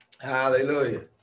Hallelujah